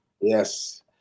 Yes